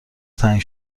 تنگ